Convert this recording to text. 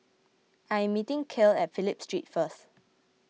I am meeting Kale at Phillip Street first